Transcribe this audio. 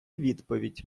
відповідь